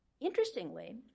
Interestingly